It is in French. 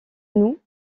nous